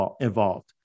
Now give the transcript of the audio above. involved